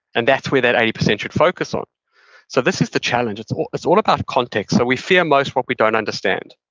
and that's where that eighty percent should focus on so, this is the challenge. it's all it's all about context. so, we fear most what we don't understand.